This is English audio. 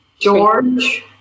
George